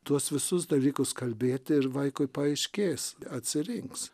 tuos visus dalykus kalbėti ir vaikui paaiškės atsirinks